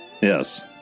yes